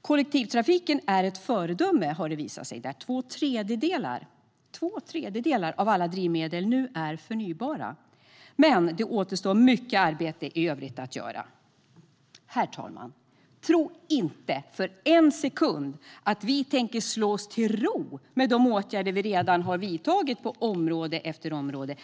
Kollektivtrafiken är ett föredöme, har det visat sig. Två tredjedelar av alla drivmedel där är nu förnybara. Men det återstår mycket arbete i övrigt att göra. Herr talman! Tro inte för en sekund att vi tänker slå oss till ro med de åtgärder vi redan har vidtagit på område efter område.